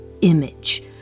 image